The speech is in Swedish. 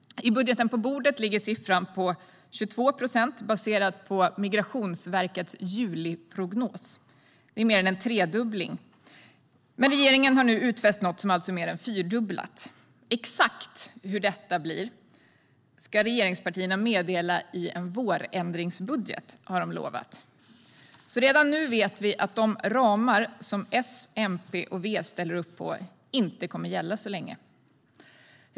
I budgeten på bordet ligger siffran på 22 procent, baserat på Migrationsverkets juliprognos. Det är mer än en tredubbling. Men regeringen har nu utfäst något som alltså är mer än fyrdubblat. Exakt hur detta blir ska regeringspartierna meddela i en vårändringsbudget, har de lovat. Redan nu vet vi alltså att de ramar som S, MP och V ställer upp på inte kommer att gälla så länge.